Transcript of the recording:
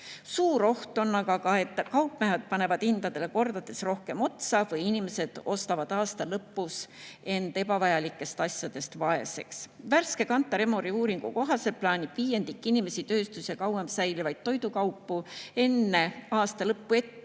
Suur oht on ka see, et kaupmehed panevad hindadele kordades rohkem otsa või inimesed ostavad aasta lõpus end ebavajalikest asjadest vaeseks. Värske Kantar Emori uuringu kohaselt plaanib viiendik inimesi tööstus‑ ja kauem säilivaid toidukaupu enne aasta lõppu ette